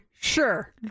Sure